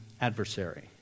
adversary